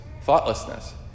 thoughtlessness